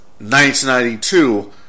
1992